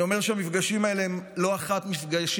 אני אומר שהמפגשים האלה הם לא אחת מפגשים